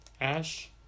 Ash